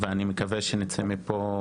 אני מקווה שנצא מפה